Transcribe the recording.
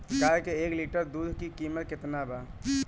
गाय के एक लीटर दूध के कीमत केतना बा?